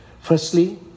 Firstly